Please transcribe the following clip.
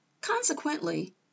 Consequently